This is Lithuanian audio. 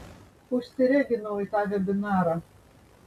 užsireginau į tą vebinarą